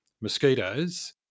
mosquitoes